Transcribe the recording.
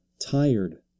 tired